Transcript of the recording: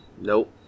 Nope